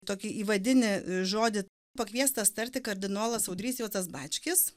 tokį įvadinį žodį pakviestas tarti kardinolas audrys juozas bačkis